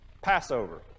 Passover